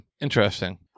Interesting